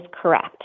correct